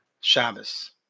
Shabbos